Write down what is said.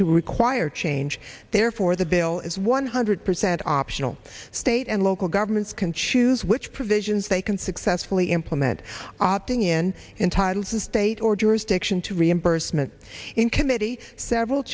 to require change therefore the bill is one hundred percent optional state and local governments can choose which provisions they can successfully implement opting in in titles of state or jurisdiction to reimbursement in committee several